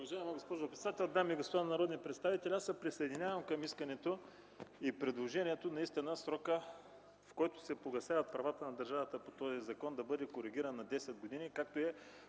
Уважаема госпожо председател, дами и господа народни представители! Аз се присъединявам към искането и предложението срокът, в който се погасяват правата на държавата по този закон, да бъде коригиран на 10 години, както е